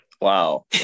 Wow